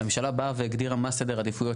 הממשלה באה והגדירה מה סדר העדיפויות